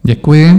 Děkuji.